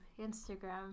Instagram